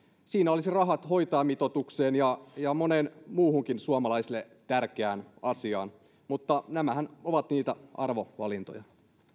siinä olisivat rahat hoitajamitoitukseen ja moneen muuhunkin suomalaisille tärkeään asiaan mutta nämähän ovat niitä arvovalintoja